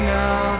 now